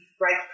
right